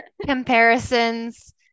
comparisons